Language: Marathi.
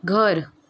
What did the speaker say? घर